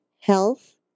Health